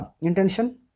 intention